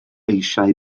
eisiau